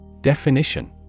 Definition